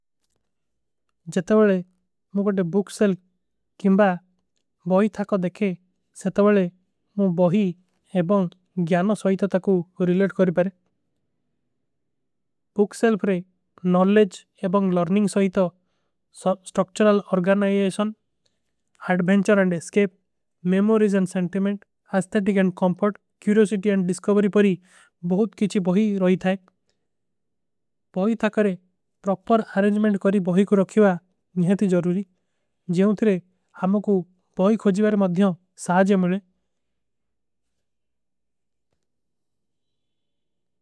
ଜତଵଲେ ମୁଗଡେ ବୁକ ସେଲ୍ଗ କେଂବା ଭୋଈ ଥାକା ଦେଖେ ସେତଵଲେ ମୁଝେ ଭୋଈ। ଏବଂଗ ଜ୍ଞାନ ସୋଈତତା କୋ ରିଲେଡ କରୀ ପରେଂ ବୁକ ସେଲ୍ଗ ରେ ନୌଲେଜ୍ଜ ଏବଂଗ। ଲର୍ଣିଂଗ ସୋଈତା ସ୍ଟକ୍ଚରଲ ଅର୍ଗର୍ନାଯେଶନ ଅଡ୍ବେଂଚର। ଔର ଏସକେପ ମେମୋରୀଜ ଔର ସେନ୍ଟିମେଂଟ ଅସ୍ଥେତିକ ଔର କଂପର୍ଟ। କ୍ଯୂରିଯୋସିଟୀ ଔର ଡିସ୍କୋବରୀ ପରୀ ବହୁତ କୀଛୀ ଭୋଈ ରହୀ ଥାଈ। ଭୋଈ ଥାକରେ ପ୍ରପର ଅରେଜ୍ମେଂଟ କରୀ ଭୋଈ କୋ ରଖିଵା ନିହେଂତି ଜରୂରୀ। ଜିଯୋଂତରେ ହମକୋ ଭୋଈ ଖୋଜିଵାର ମଦ୍ଯୋଂ ସାଜଯ ମୁଲେ।